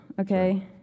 okay